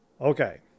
Okay